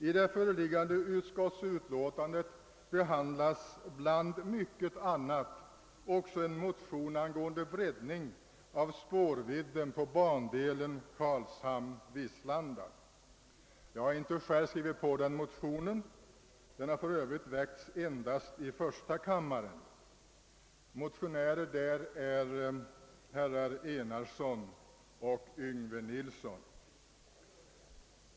I det föreliggande utskottsutlåtandet behandlas bland mycket annat också en motion angående breddning av spårvidden på bandelen Karlshamn— Vislanda. Jag har inte själv skrivit på den motionen; den har för övrigt väckts endast i första kammaren, och motionärer är herrar Enarsson och Yngve Nilsson.